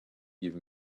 give